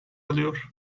alıyor